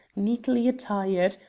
neatly attired,